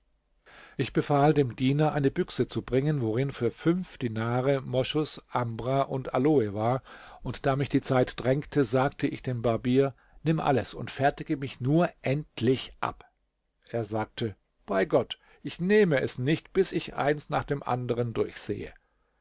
ich befahl dem diener eine büchse zu bringen worin für fünf dinare moschus ambra und aloe war und da mich die zeit drängte sagte ich dem barbier nimm alles und fertige mich nur endlich ab er sagte bei gott ich nehme es nicht bis ich eins nach dem anderen durchsehe